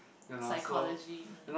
psychology